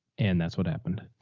and that's what happened.